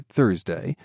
Thursday